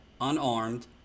unarmed